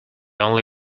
only